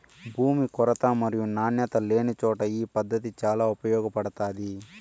భూమి కొరత మరియు నాణ్యత లేనిచోట ఈ పద్దతి చాలా ఉపయోగపడుతాది